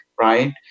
Right